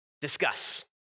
Discuss